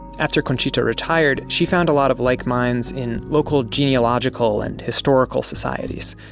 after conchita retired, she found a lot of like minds in local genealogical and historical societies.